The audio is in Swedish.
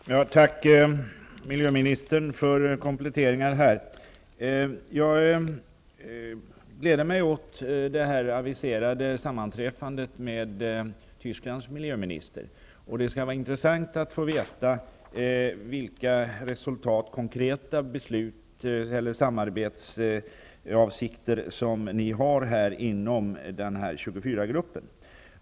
Herr talman! Tack, miljöministern, för kompletteringar av svaret. Jag gläder mig åt det aviserade sammanträffandet med Tysklands miljöminister. Det skall bli intressant att få veta vilka konkreta samarbetsavsikter ni har inom 24-gruppen.